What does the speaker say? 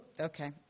okay